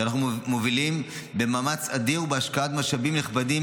שאנחנו מובילים במאמץ אדיר ובהשקעת משאבים נכבדים